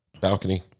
balcony